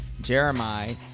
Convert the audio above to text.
Jeremiah